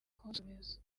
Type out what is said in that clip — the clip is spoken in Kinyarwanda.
kunsubiza